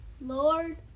Lord